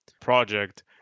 project